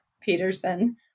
Peterson